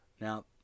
now